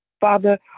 Father